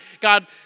God